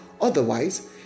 Otherwise